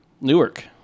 Newark